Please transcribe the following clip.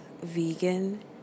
vegan